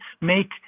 make